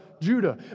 Judah